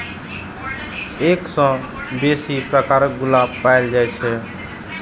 एक सय सं बेसी प्रकारक गुलाब पाएल जाए छै